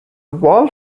wall